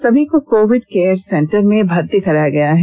सभी को Covid care centre में भर्ती कराया गया है